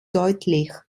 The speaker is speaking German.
deutlich